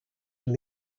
from